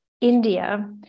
India